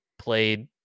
played